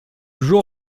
jour